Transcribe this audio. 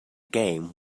game